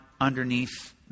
underneath